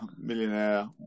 millionaire